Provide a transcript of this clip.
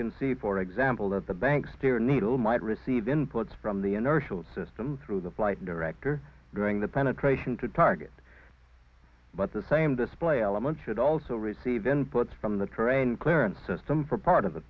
can see for example that the bank steer needle might receive inputs from the inertial system through the flight director during the penetration to target but the same display elements should also receive inputs from the terrain clearance system for part of the